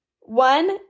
One